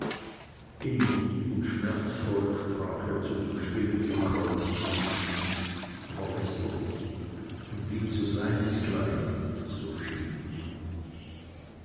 innig und schmerzvoll sprach er zu dem stillen gekreuzigten aber lästerlich und wie zu seinesgleichen so schien mir